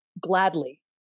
Gladly